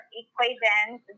equations